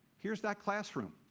here's that classroom.